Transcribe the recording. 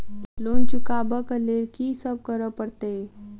Loan चुका ब लैल की सब करऽ पड़तै?